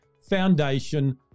foundation